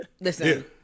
Listen